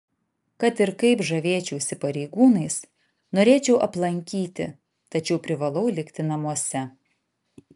kad ir kaip žavėčiausi pareigūnais norėčiau aplankyti tačiau privalau likti namuose